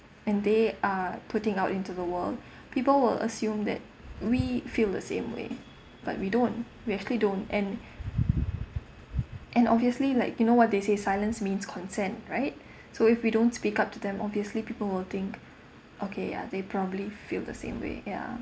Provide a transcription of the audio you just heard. and they are putting out into the world people will assume that we feel the same way but we don't we actually don't and and obviously like you know what they say silence means consent right so if we don't speak up to them obviously people will think okay uh they probably feel the same way ya